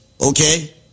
okay